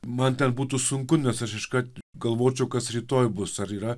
man ten būtų sunku nes aš iškart galvočiau kas rytoj bus ar yra